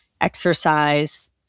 exercise